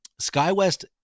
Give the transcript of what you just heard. SkyWest